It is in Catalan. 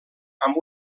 amb